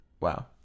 wow